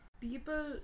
People